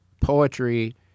poetry